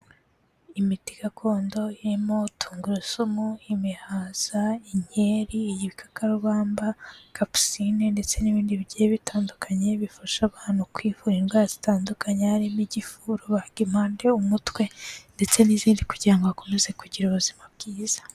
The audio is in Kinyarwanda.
Imiti gakondo irimo tungurusumu, imihaza, inkeri igikakarubamba, capcine ndetse n'ibindi bigiye bitandukanye bifasha abantu kwivura indwara zitandukanye. Uvura n'igifu, rubagimpande, umutwe ndetse n'izindi, kugira ngo akomeze kugira ubuzima bwiza.